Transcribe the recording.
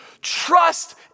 Trust